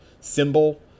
symbol